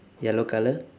yellow colour